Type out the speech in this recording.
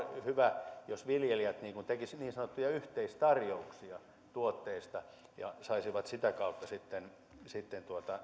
hyvä jos viljelijät tekisivät niin sanottuja yhteistarjouksia tuotteista ja saisivat sitä kautta sitten sitten